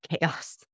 chaos